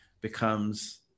becomes